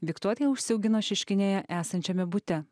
viktorija užsiaugino šeškinėje esančiame bute